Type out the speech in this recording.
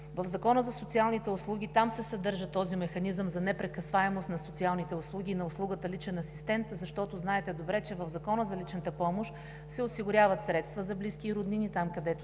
В Закона за социалните услуги се съдържа този механизъм за непрекъсваемост на социалните услуги и на услугата „Личен асистент“. Знаете добре, че в Закона за личната помощ се осигуряват средства за близки и роднини там, където